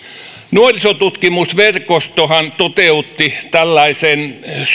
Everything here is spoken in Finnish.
nuorisotutkimusverkostohan toteutti tällaisen